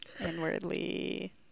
inwardly